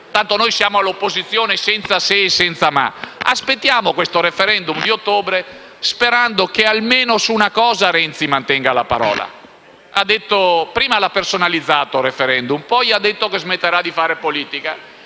Noi siamo all'opposizione senza se e senza ma e aspettiamo il *referendum* di ottobre sperando che almeno su una cosa Renzi mantenga la parola. Prima ha personalizzato il *referendum* e poi ha detto che smetterà di fare politica.